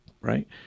right